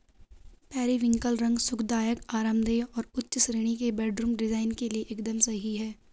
periwinkle रंग सुखदायक, आरामदेह और उच्च श्रेणी के बेडरूम डिजाइन के लिए एकदम सही है